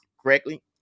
correctly